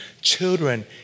Children